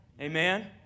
Amen